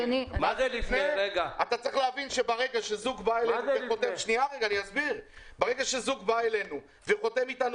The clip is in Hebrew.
עליך להבין שברגע שזוג בא אלינו וחותם איתנו